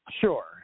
Sure